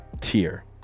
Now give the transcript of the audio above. tier